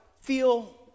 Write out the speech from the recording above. feel